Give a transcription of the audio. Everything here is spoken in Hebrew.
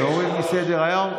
להוריד מסדר-היום?